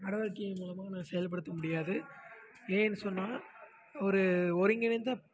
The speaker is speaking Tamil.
நடவடிக்கைகள் மூலம் செயல்படுத்த முடியாது ஏன்னு சொன்னால் ஒரு ஒருங்கிணைந்த